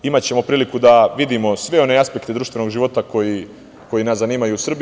Imaćemo priliku da vidimo sve one aspekte društvenog života koji nas zanimaju u Srbiji.